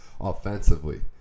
offensively